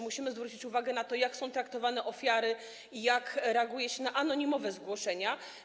Musimy zwrócić uwagę na to, jak są traktowane ofiary i jak reaguje się na anonimowe zgłoszenia.